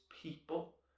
people